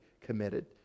committed